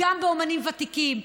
גם אומנים ותיקים,